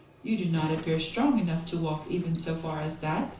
you do not appear strong enough to walk even so far as that,